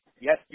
Yes